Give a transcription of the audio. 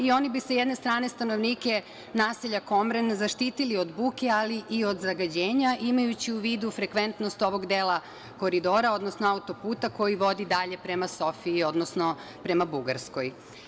Oni bi, sa jedne strane, stanovnike naselja Komren zaštitili od buke, ali i od zagađenja, imajući u vidu frekventnost ovog dela koridora, odnosno auto-puta, koji vodi dalje prema Sofiji, odnosno prema Bugarskoj.